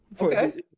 Okay